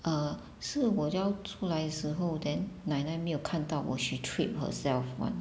err 是我要出来的时候 then 奶奶没有看到我 she trip herself one